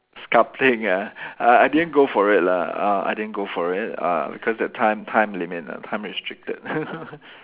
sculpting ah I I didn't go for it lah uh I didn't go for it uh because that time time limit ah time restricted